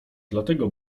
dlatego